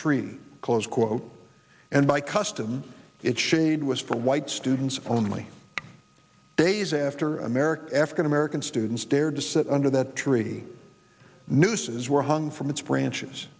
tree close quote and by custom it shade was for white students only days after american african american students dared to sit under that tree the nooses were hung from its branches